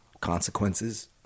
consequences